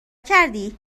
کردی